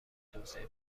توسعه